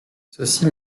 ceci